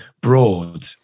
broad